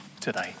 today